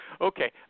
Okay